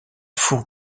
four